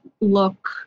look